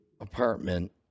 apartment